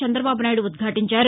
చంద్రబాబు నాయుడు ఉద్ఘాటించారు